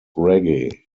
reggae